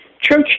church